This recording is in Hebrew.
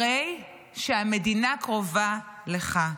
הרי שהמדינה קרובה לך.